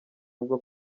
avuga